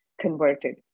converted